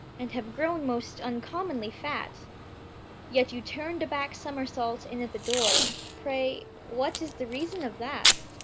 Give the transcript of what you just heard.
and have grown most uncommonly fat yet you turned a back-somersault in at the door pray, what is the reason of that